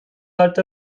halt